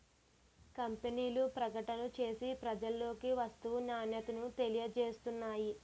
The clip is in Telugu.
కంపెనీలు ప్రకటనలు చేసి ప్రజలలోకి వస్తువు నాణ్యతను తెలియజేస్తున్నాయి